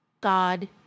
God